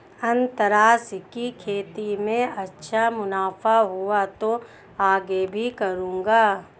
अनन्नास की खेती में अच्छा मुनाफा हुआ तो आगे भी करूंगा